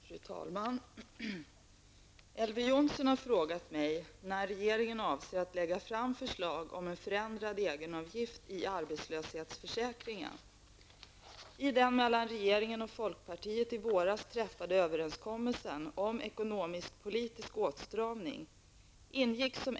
Fru talman! Elver Jonsson har frågat mig när regeringen avser att lägga fram förslag om en förändrad egenavgift i arbetslöshetsförsäkringen. bil.